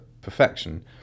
perfection